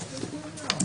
אנחנו פותחים את הישיבה.